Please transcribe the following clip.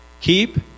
keep